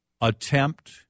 attempt